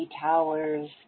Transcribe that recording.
towers